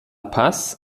paz